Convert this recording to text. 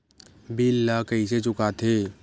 bill ला कइसे चुका थे